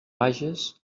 vages